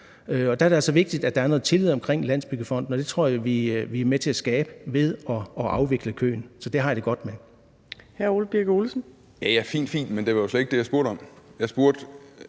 Der er det altså vigtigt, at der er noget tillid omkring Landsbyggefonden, og det tror jeg vi er med til at skabe ved at afvikle køen. Så det har jeg det godt med.